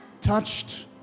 Touched